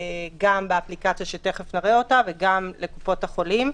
גם באפליקציה שתכף נראה אותה וגם לקופות החולים,